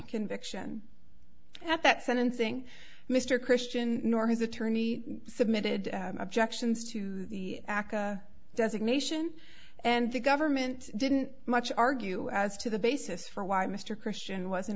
conviction at that sentencing mr christian nor his attorney submitted objections to the aca designation and the government didn't much argue as to the basis for why mr christian was